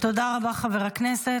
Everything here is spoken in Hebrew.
תודה רבה, חבר הכנסת.